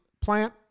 plant